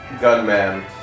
Gunman